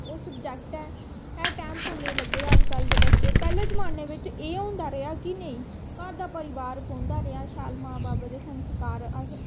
ओह् सबजैक्ट ऐ हर टैम फोने गी लग्गे दे अजकल्ल दे बच्चे पैह्लै जमानै बिच्च एह् होंदा रेहा कि नेईं घर दा परोआर बौंह्दा रेआ शैल मां बब्ब दे संस्कार अस